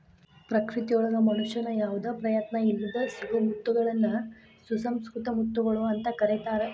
ಪ್ರಕೃತಿಯೊಳಗ ಮನುಷ್ಯನ ಯಾವದ ಪ್ರಯತ್ನ ಇಲ್ಲದ್ ಸಿಗೋ ಮುತ್ತಗಳನ್ನ ಸುಸಂಕೃತ ಮುತ್ತುಗಳು ಅಂತ ಕರೇತಾರ